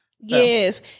Yes